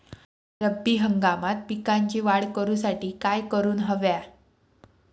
रब्बी हंगामात पिकांची वाढ करूसाठी काय करून हव्या?